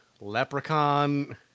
Leprechaun